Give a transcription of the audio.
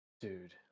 Dude